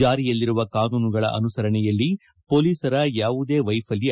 ಜಾರಿಯಲ್ಲಿರುವ ಕಾನೂನುಗಳ ಅನುಸರಣೆಯಲ್ಲಿ ಪೋಲಿಸರ ಯಾವುದೇ ವೈಫಲ್ಟ